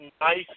nice